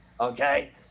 Okay